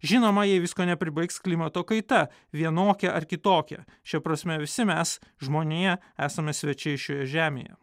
žinoma jei visko nepribaigs klimato kaita vienokia ar kitokia šia prasme visi mes žmonija esame svečiai šioje žemėje